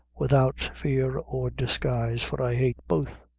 without fear or disguise for i hate both.